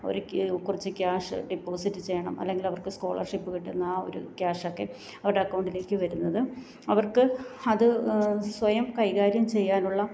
ഒരിക്കൽ കുറച്ച് cash deposit ചെയ്യണം അല്ലെങ്കിൽ അവർക്ക് സ്കോളർഷിപ്പ് കിട്ടുന്ന ആ ഒരു ക്യാഷൊക്കെ അവരുടെ അക്കൗണ്ടിലേക്ക് വരുന്നത് അവർക്ക് അത് സ്വയം കൈകാര്യം ചെയ്യാനുള്ള